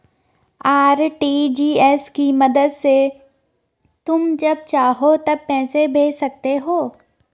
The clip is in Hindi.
आर.टी.जी.एस की मदद से तुम जब चाहो तब पैसे भेज सकते हो